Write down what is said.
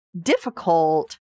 difficult